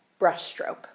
brushstroke